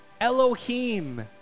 Elohim